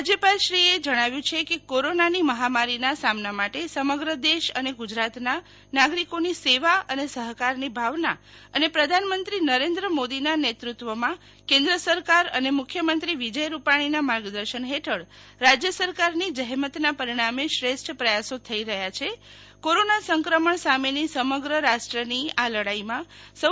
રાજ્યપાલશ્રીએ જણાવ્યું છે કે કોરોનાની મહામારીના સામના માટે સમગ્ર દેશ અને ગુજરાતના નાગરિકોની સેવા અને સહકારની ભાવના અને પ્રધાનમંત્રી નરેન્દ્ર મોદીના નેતૃત્વમાં કેન્દ્ર સરકાર અને મુખ્યમંત્રી વિજય રૂપાણીના માર્ગદર્શન હેઠળ રાજ્ય સરકારની જહેમતના પરીણામે શ્રેષ્ઠ પ્રયાસો થઇ રહ્યા છે કોરોના સંક્રમણ સામેની સમગ્ર રાષ્ટ્રની આ લડાઇમાં સૌ